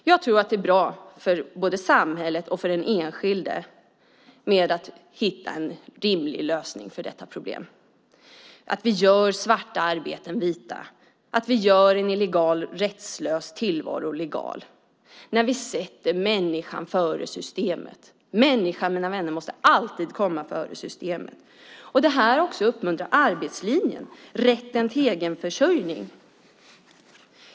Jag tror att det är bra för både samhället och den enskilde att hitta en rimlig lösning på detta problem och göra svarta arbeten vita, göra en illegal, rättslös tillvaro legal och sätta människan före systemet. Människan, mina vänner, måste alltid komma före systemet. Detta är också att uppmuntra arbetslinjen - rätten till egenförsörjning.